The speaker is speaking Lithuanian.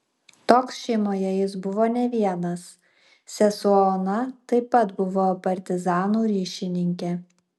toks šeimoje jis buvo ne vienas sesuo ona taip pat buvo partizanų ryšininkė